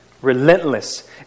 relentless